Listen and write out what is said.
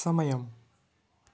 సమయం